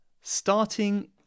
starting